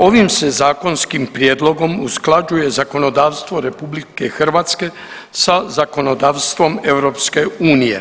Ovim se zakonskim prijedlogom usklađuje zakonodavstvo RH sa zakonodavstvom EU.